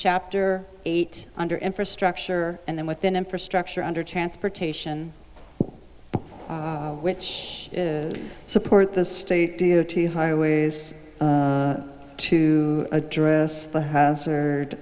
chapter eight under infrastructure and then within infrastructure under transportation which support the state d o t highways to address the hazard